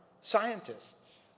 scientists